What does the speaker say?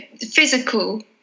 physical